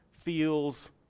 feels